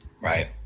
right